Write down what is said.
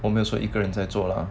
我们都是一个人在做了